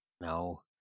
No